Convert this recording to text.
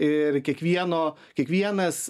ir kiekvieno kiekvienas